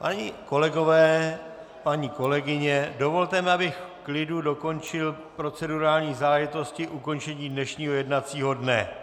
Paní kolegyně, páni kolegové, dovolte mi, abych v klidu dokončil procedurální záležitosti ukončení dnešního jednacího dne.